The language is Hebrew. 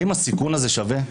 האם הסיכון הזה שווה?